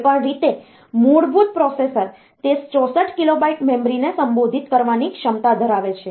કોઈપણ રીતે મૂળભૂત પ્રોસેસર તે 64 કિલોબાઈટ મેમરીને સંબોધિત કરવાની ક્ષમતા ધરાવે છે